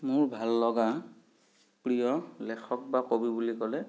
মোৰ ভাল লগা প্ৰিয় লেখক বা কবি বুলি ক'লে